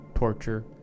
torture